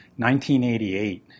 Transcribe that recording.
1988